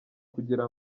kugira